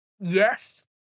yes